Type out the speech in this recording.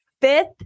fifth